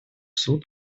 суд